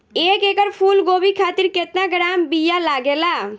एक एकड़ फूल गोभी खातिर केतना ग्राम बीया लागेला?